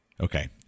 Okay